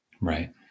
Right